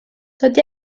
tot